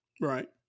Right